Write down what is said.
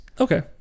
okay